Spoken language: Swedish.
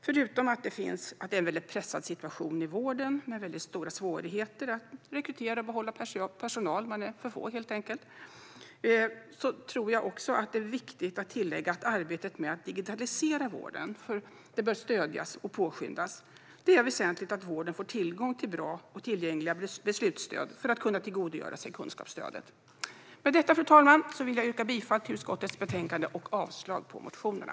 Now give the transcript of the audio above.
Förutom att vi har en väldigt pressad situation i vården med stora svårigheter att rekrytera och behålla personal - man är för få, helt enkelt - tror jag att det är viktigt att tillägga att arbetet med att digitalisera vården bör stödjas och påskyndas. Det är väsentligt att vården får tillgång till bra och tillgängliga beslutsstöd för att kunna tillgodogöra sig kunskapsstödet. Med detta, fru talman, vill jag yrka bifall till utskottets förslag och avslag på motionerna.